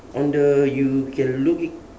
on the you can look i~